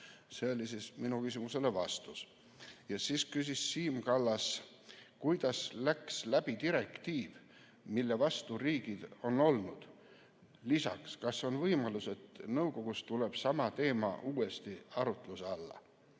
See oli siis vastus minu küsimusele. Siis küsis Siim Kallas, kuidas läks läbi direktiiv, mille vastu riigid on olnud. Lisaks, kas on võimalus, et nõukogus tuleb sama teema uuesti arutluse alla?